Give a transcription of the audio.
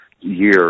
year